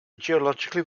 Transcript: geologically